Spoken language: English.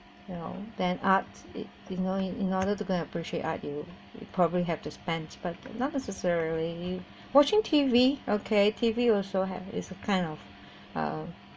you know then art it in order to go and appreciate art you probably have to spend but not necessarily watching T_V okay T_V also have is a kind of uh